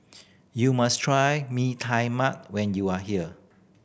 you must try Mee Tai Mak when you are here